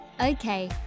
Okay